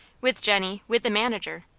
with jennie, with the manager,